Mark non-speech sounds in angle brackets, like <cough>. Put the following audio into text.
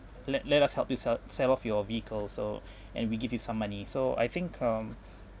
let let us help you sell sell off your vehicle so <breath> and we give you some money so I think um